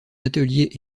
atelier